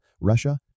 Russia